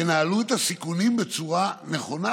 ינהלו את הסיכונים בצורה נכונה.